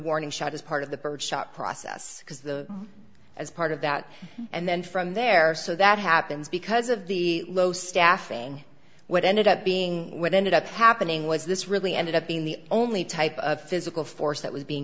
warning shot as part of the bird shot process because the as part of that and then from there so that happens because of the low staffing what ended up being what ended up happening was this really ended up being the only type of physical force that was being